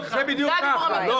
לשם.